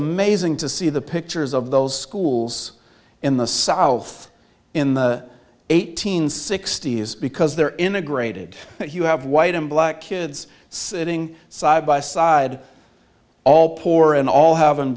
amazing to see the pictures of those schools in the south in the eight hundred sixty s because they're integrated you have white and black kids sitting side by side all poor and all haven't